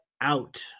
out